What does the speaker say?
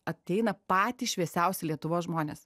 ateina patys šviesiausi lietuvos žmonės